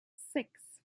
six